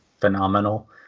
phenomenal